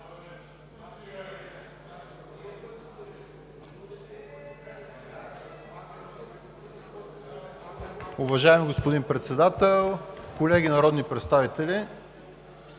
уважаеми господин Председател. Уважаеми народни представители…